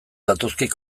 datozkit